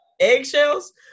eggshells